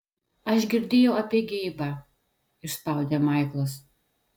aš girdėjau apie geibą išspaudė maiklas